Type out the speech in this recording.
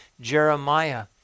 Jeremiah